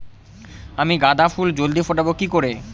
আমি গাঁদা ফুল জলদি ফোটাবো কি করে?